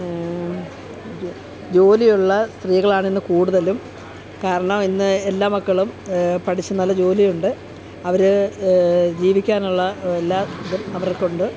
ജോലിയുള്ള സ്ത്രീകളാണ് ഇന്ന് കൂടുതലും കാരണം ഇന്ന് എല്ലാ മക്കളും പഠിച്ച് നല്ല ജോലിയുണ്ട് അവർ ജീവിക്കാനുള്ള എല്ലാം അവർക്കുണ്ട്